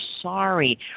sorry